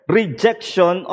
rejection